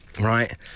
right